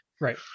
Right